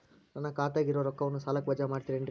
ನನ್ನ ಖಾತಗ ಇರುವ ರೊಕ್ಕವನ್ನು ಸಾಲಕ್ಕ ವಜಾ ಮಾಡ್ತಿರೆನ್ರಿ?